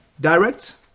direct